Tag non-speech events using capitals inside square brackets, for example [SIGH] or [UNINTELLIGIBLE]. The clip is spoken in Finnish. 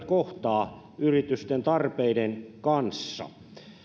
[UNINTELLIGIBLE] kohtaa yritysten tarpeiden kanssa